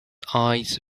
eyes